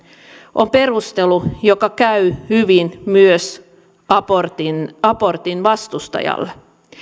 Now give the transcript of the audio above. on perustelu joka käy hyvin myös abortin abortin vastustajalle